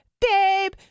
Babe